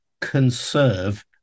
conserve